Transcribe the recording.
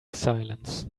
silence